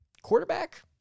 Quarterback